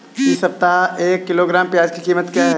इस सप्ताह एक किलोग्राम प्याज की कीमत क्या है?